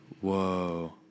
Whoa